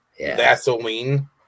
Vaseline